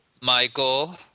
Michael